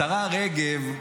השרה רגב,